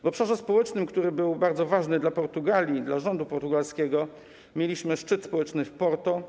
W obszarze społecznym, który był bardzo ważny dla Portugalii, dla rządu portugalskiego, mieliśmy szczyt społeczny w Porto.